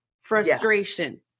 frustration